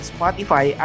Spotify